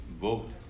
vote